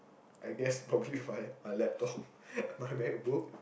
I guess probably my my laptop my MacBook